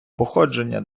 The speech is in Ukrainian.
походження